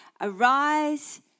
Arise